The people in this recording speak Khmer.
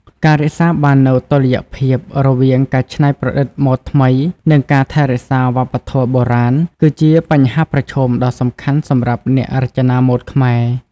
ការរក្សាបាននូវ តុល្យភាព រវាងការច្នៃប្រឌិតម៉ូដថ្មី និងការថែរក្សាវប្បធម៌បុរាណ គឺជាបញ្ហាប្រឈមដ៏សំខាន់សម្រាប់អ្នករចនាម៉ូដខ្មែរ។